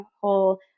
whole